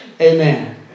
Amen